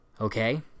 Okay